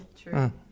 true